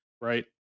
Right